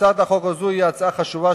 הצעת החוק הזו היא הצעה חשובה,